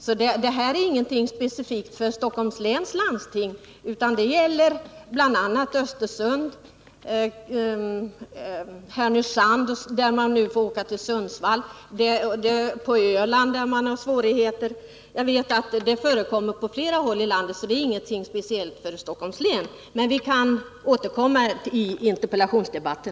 Problemet är inte specifikt för Stockholms läns landsting, utan samma förhållande råder i Östersund, Härnösand — där måste man åka till Sundsvall — och på Öland och flera andra platser i landet, men vi kan återkomma till detta i interpellationsdebatten.